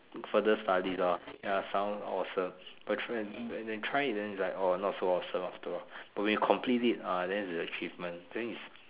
further studies ah ya sound awesome but when when you try it like !wah! not so awesome after all but when you complete it ah then its actually an achievement